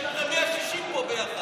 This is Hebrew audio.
השר אלקין, יש לכם 160 פה ביחד.